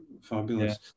fabulous